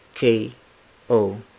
k-o